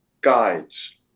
guides